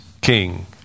king